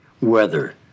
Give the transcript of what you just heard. Weather